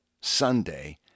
Sunday